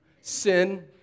Sin